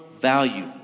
value